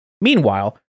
Meanwhile